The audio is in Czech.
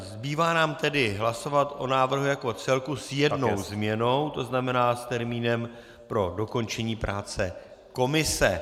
Zbývá nám tedy hlasovat o návrhu jako celku s jednou změnou, tzn. s termínem pro dokončení práce komise.